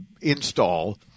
install